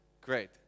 Great